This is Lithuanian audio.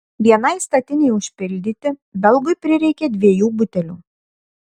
vienai statinei užpildyti belgui prireikė dviejų butelių